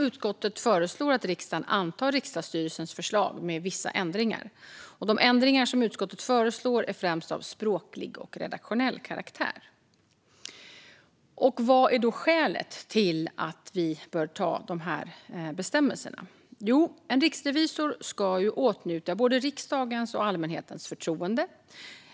Utskottet föreslår att riksdagen antar riksdagsstyrelsens förslag med vissa ändringar. De ändringar som utskottet föreslår är främst av språklig och redaktionell karaktär. Vad är då skälet till att vi bör anta dessa bestämmelser? En riksrevisor ska åtnjuta både riksdagens och allmänhetens förtroende.